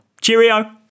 Cheerio